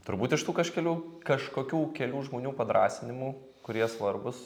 turbūt iš tų kažkelių kažkokių kelių žmonių padrąsinimų kurie svarbūs